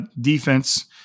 defense